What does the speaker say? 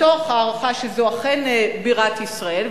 מתוך הערכה שזו אכן בירת ישראל,